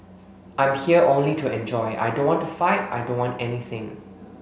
I'm here only to enjoy I don't want to fight I don't want anything